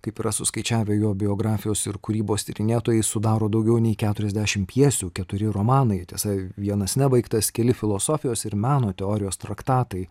kaip yra suskaičiavę jo biografijos ir kūrybos tyrinėtojai sudaro daugiau nei keturiasdešimt pjesių keturi romanai tiesa vienas nebaigtas keli filosofijos ir meno teorijos traktatai